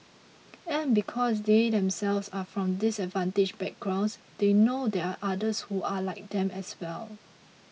and because they themselves are from disadvantaged backgrounds they know there are others who are like them as well